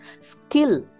skill